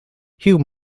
hugh